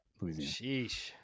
Sheesh